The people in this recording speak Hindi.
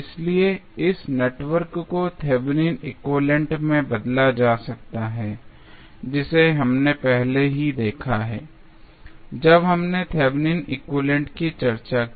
इसलिए इस नेटवर्क को थेवेनिन एक्विवैलेन्ट Thevenins equivalent में बदला जा सकता है जिसे हमने पहले ही देखा है जब हमने थेवेनिन एक्विवैलेन्ट Thevenins equivalent की चर्चा की